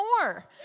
more